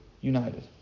united